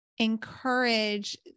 encourage